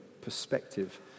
perspective